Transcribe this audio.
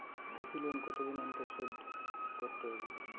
কৃষি লোন কতদিন অন্তর শোধ করতে হবে?